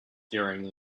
during